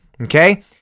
Okay